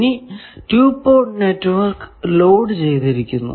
ഇനി 2 port network load ചെയ്തിരിക്കുന്നു